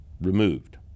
removed